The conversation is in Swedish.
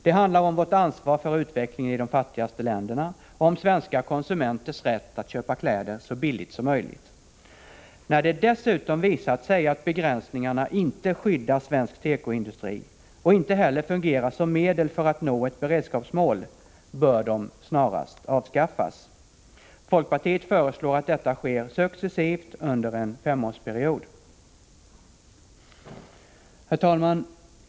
Det handlar om vårt ansvar för utvecklingen i de fattigaste länderna och om svenska konsumenters rätt att köpa kläder så billigt som möjligt. När det dessutom visat sig att begränsningarna inte skyddar svensk tekoindustri och inte heller fungerar som medel för att nå ett beredskapsmål bör de snarast avskaffas. Folkpartiet föreslår att detta sker successivt under en femårsperiod. Herr talman!